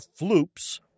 floops